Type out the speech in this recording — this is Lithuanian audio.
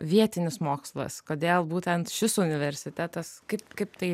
vietinis mokslas kodėl būtent šis universitetas kaip kaip tai